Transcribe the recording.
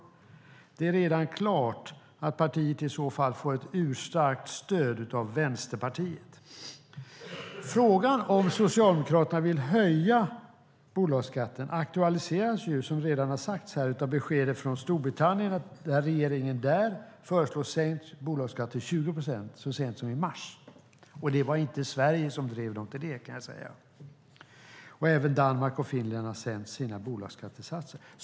Det är redan klart att partiet i så fall får ett urstarkt stöd av Vänsterpartiet. Frågan om Socialdemokraterna vill höja bolagsskatten aktualiseras ju, vilket redan har sagts här, av beskedet från Storbritannien att regeringen där föreslog sänkt bolagsskatt till 20 procent så sent som i mars. Det var inte Sverige som drev dem till det, kan jag säga. Även Danmark och Finland har sänkt sina bolagsskattesatser.